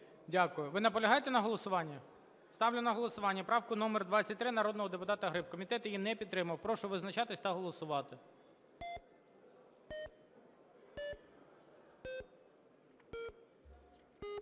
Дякую. Ви наполягаєте на голосуванні? Ставлю на голосування правку номер 23 народного депутата Гриб. Комітет її не підтримав. Прошу визначатися та голосувати.